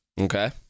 Okay